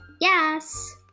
Yes